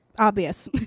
obvious